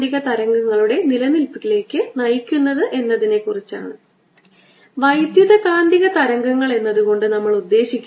പ്രശ്നം 4 പറയുന്നു നമുക്ക് 2 അനന്തമായി നീളമുള്ള ഓവർലാപ്പിംഗ് സിലിണ്ടറുകൾ ഉണ്ടെങ്കിൽ